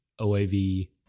OAV